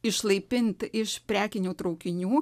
išlaipint iš prekinių traukinių